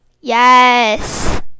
yes